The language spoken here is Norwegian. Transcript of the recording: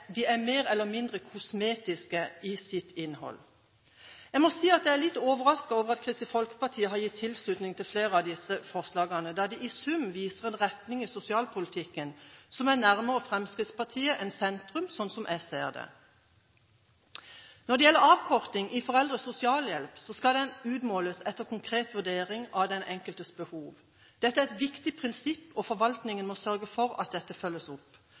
de mer eller mindre er kosmetiske i sitt hold. Jeg må si at jeg er litt overrasket over at Kristelig Folkeparti har gitt sin tilslutning til flere av disse forslagene, da de i sum viser en retning i sosialpolitikken som er nærmere Fremskrittspartiet enn sentrum, slik som jeg ser det. Når det gjelder avkorting i foreldres sosialhjelp, skal den utmåles etter konkret vurdering av den enkeltes behov. Det er et viktig prinsipp, og forvaltningen må sørge for at dette følges opp.